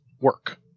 work